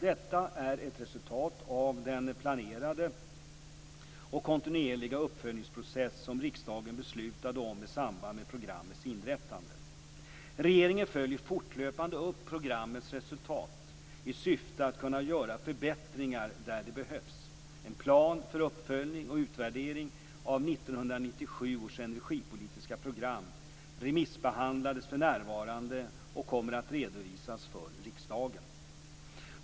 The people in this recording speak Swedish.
Detta är ett resultat av den planerade och kontinuerliga uppföljningsprocess, som riksdagen beslutade om i samband med programmets inrättande (prop. Regeringen följer fortlöpande upp programmets resultat i syfte att kunna göra förbättringar där det behövs. En plan för uppföljning och utvärdering av 1997 års energipolitiska program remissbehandlas för närvarande och kommer att redovisas för riksdagen.